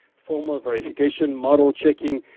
formal verification model checking,